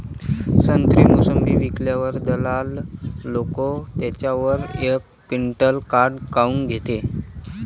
संत्रे, मोसंबी विकल्यावर दलाल लोकं त्याच्यावर एक क्विंटल काट काऊन घेते?